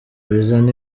bizana